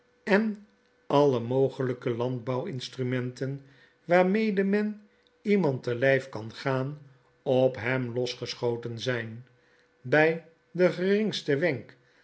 en alle mogelijke landbouw instrumenten waarmede men iemand te lyf kan gaan op hem losgeschoten zijn bij den geringsten wenk